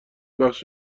بخش